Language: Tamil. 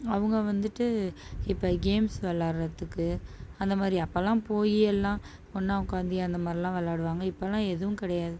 அவங்க வந்துவிட்டு இப்போ கேம்ஸ் விளாட்றதுக்கு அந்த மாரி அப்போலாம் போய் எல்லாம் ஒன்னாக உக்காந்தி அந்த மாரிலாம் விளாடுவாங்க இப்போலாம் எதுவும் கிடையாது